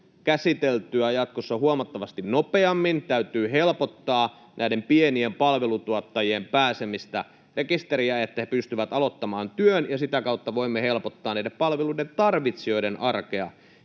käsiteltyä jatkossa huomattavasti nopeammin, täytyy helpottaa näiden pienien palvelutuottajien pääsemistä rekisteriin, jotta he pystyvät aloittamaan työn, ja sitä kautta voimme helpottaa näiden palveluiden tarvitsijoiden arkea,